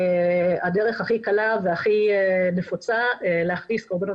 הדרך הכי קלה והכי נפוצה להכניס קורבנות